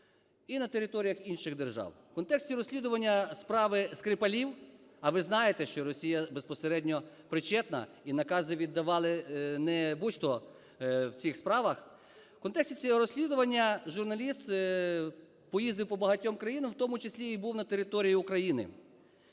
і на територіях інших держав. В контексті розслідування справи Скрипалів - а ви знаєте, що Росія безпосередньо причетна, і накази віддавали не будь-хто в цих справах, - в контексті цього розслідування журналіст поїздив по багатьом країнам, в тому числі і був на території України,